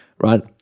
right